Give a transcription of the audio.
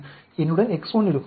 என்னுடன் X1 இருக்கும்